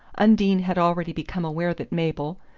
undine had already become aware that mabel,